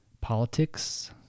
politics